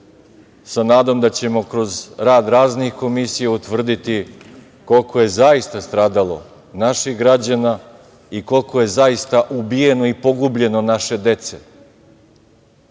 sa nadom da ćemo kroz rad raznih komisija utvrditi koliko je zaista stradalo naših građana i koliko je zaista ubijeno i pogubljeno naše dece,